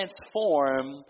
transform